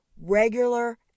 Regular